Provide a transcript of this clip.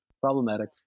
Problematic